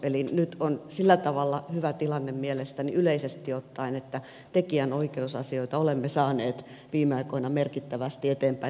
eli nyt on sillä tavalla hyvä tilanne mielestäni yleisesti ottaen että tekijänoikeusasioita olemme saaneet viime aikoina merkittävästi eteenpäin